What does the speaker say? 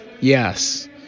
yes